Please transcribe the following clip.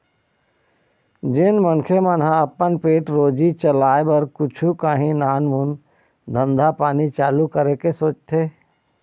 जेन मनखे मन ह अपन पेट रोजी चलाय बर कुछु काही नानमून धंधा पानी चालू करे के सोचथे